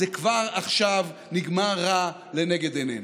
זה כבר עכשיו נגמר רע לנגד עינינו.